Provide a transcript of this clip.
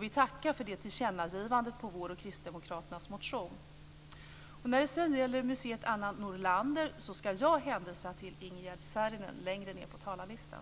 Vi tackar för det tillkännagivandet med anledning av vår och Kristdemokraternas motioner. När det gäller Museum Anna Nordlander hänvisar jag till Ingegerd Saarinen, som står längre ned på talarlistan.